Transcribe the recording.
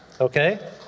Okay